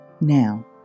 Now